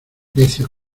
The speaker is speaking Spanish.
necio